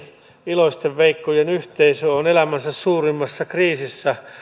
iloisten veikkojen yhteisö on elämänsä suurimmassa kriisissä